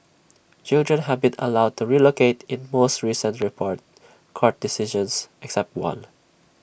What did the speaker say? children have been allowed to relocate in most recent reported court decisions except one